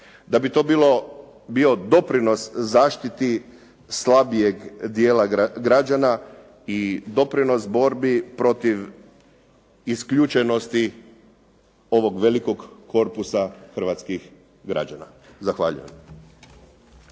da bi to bio doprinos zaštiti slabijeg dijela građana i doprinos borbi protiv isključenosti ovog velikog korpusa hrvatskih građana. Zahvaljujem.